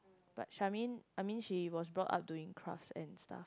but Charmaine I mean she was brought up doing crafts and stuff